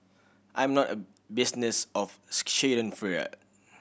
I'm not a business of schadenfreude